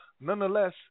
Nonetheless